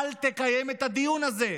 אל תקיים את הדיון הזה.